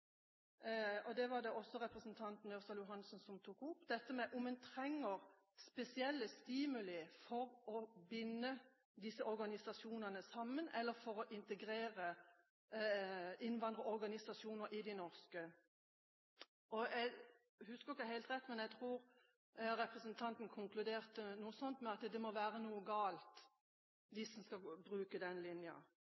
om man trenger spesielle stimuli for å binde disse organisasjonene sammen, eller for å integrere innvandrerorganisasjoner i de norske. Jeg husker ikke helt, men jeg tror representanten konkluderte med noe sånt som at det må være noe galt